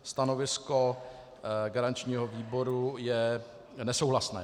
Stanovisko garančního výboru je nesouhlasné.